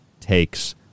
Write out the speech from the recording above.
takes